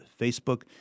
Facebook